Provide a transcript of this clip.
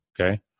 okay